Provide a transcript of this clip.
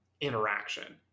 interaction